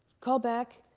call back.